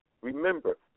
remember